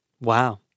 Wow